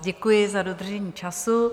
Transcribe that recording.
Děkuji za dodržení času.